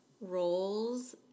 roles